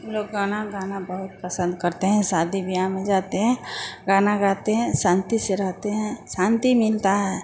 हम लोग गाना गाना बहुत पसंद करते हैं शादी बियाह में जाते हैं गाना गाते हैं शांति से रहते हैं शांति मिलती है